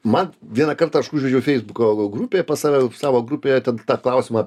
man vieną kartą aš užvedžiau feisbuko grupėje pas save savo grupėje ten tą klausimą